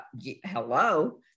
hello